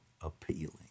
appealing